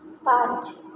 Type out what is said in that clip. पाच